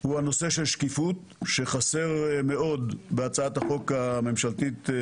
הוא השקיפות, שחסרה מאוד בהצעת החוק הממשלתית.